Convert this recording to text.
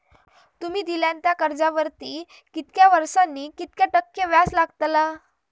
तुमि दिल्यात त्या कर्जावरती कितक्या वर्सानी कितक्या टक्के दराने व्याज लागतला?